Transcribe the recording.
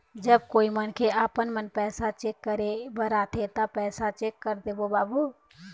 जब कोई मनखे आपमन पैसा चेक करे बर आथे ता पैसा चेक कर देबो बाबू?